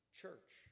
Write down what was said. church